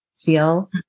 feel